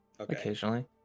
Occasionally